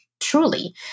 Truly